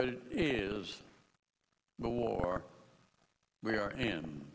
but it is the war we are